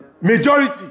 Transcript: majority